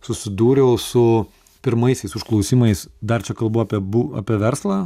susidūriau su pirmaisiais užklausimais dar čia kalbu apie bu apie verslą